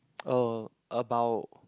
(uh)about